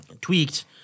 tweaked